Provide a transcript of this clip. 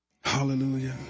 Hallelujah